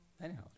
Anyhow